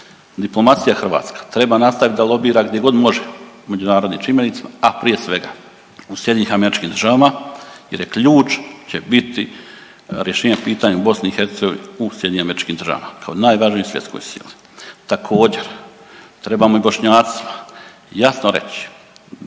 Diplomacija hrvatska treba nastaviti da lobira gdje god može u međunarodnim čimbenicima, a prije svega u SAD-u jer je ključ će biti rješenje pitanja u BiH u SAD-u kao najvažnijoj svjetskoj sili. Također, trebamo i Bošnjacima jasno reći